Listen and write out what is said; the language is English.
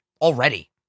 already